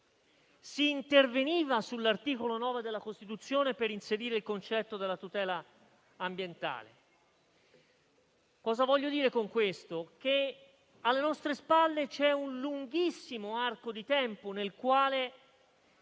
si interveniva sull'articolo 9 della Costituzione per inserire il concetto della tutela ambientale. Con questo intendo dire che alle nostre spalle c'è un lunghissimo arco di tempo durante il quale